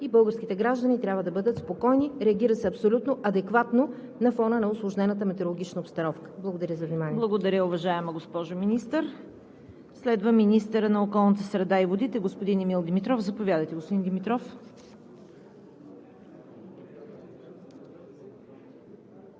В заключение мога да кажа, че електроенергийната система на страната е стабилна и българските граждани трябва да бъдат спокойни. Реагира се абсолютно адекватно на фона на усложнената метеорологична обстановка. Благодаря за вниманието. ПРЕДСЕДАТЕЛ ЦВЕТА КАРАЯНЧЕВА: Благодаря, уважаема госпожо Министър. Следва министърът на околната среда и водите господин Емил Димитров. Заповядайте, господин Димитров.